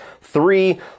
Three